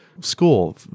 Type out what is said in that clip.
school